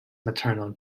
maternal